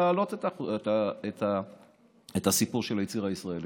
להעלות את הסיפור של היצירה הישראלית.